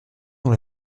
dans